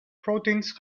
proteins